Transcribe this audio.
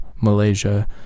malaysia